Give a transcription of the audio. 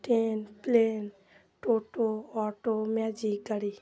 train plane toto auto magic গাড়ি